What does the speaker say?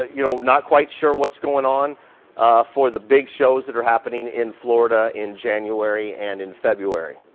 you know, not quite sure what's going on for the big shows that are happening in florida in january and in february.